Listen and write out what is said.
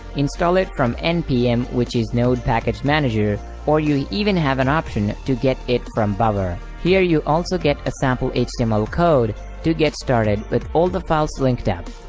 install it from npm which is node package manager or you even have an option to get it from bower. here you also get a sample html code to get started with all files linked up,